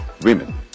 women